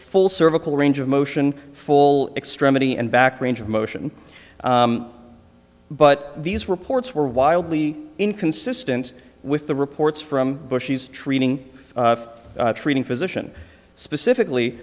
full cervical range of motion full extremity and back range of motion but these reports were wildly inconsistent with the reports from bushies treating the treating physician specifically